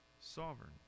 sovereign